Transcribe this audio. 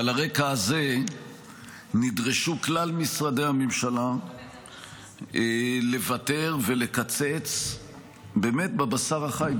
על הרקע הזה נדרשו כלל משרדי הממשלה לוותר ולקצץ באמת בבשר החי,